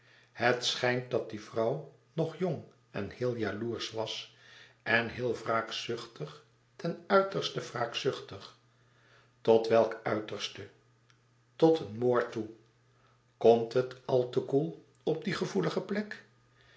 het schijnt dat die vrouw nog jong en heel jaloersch was en heel wraakzuchtig ten uiterste wraakzuchtig tot welk uiterste tot een moord toe komt het al te koel op die gevoelige plek